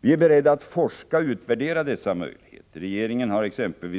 Vi är beredda att forska om och utvärdera dessa möjligheter. Regeringen hart.ex.